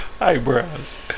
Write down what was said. eyebrows